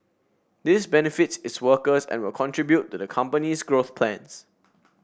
this benefits its workers and will contribute to the company's growth plans